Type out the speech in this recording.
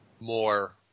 more